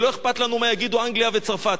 ולא אכפת לנו מה יגידו אנגליה וצרפת,